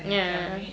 ya